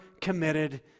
committed